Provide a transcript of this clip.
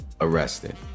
arrested